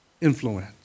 influence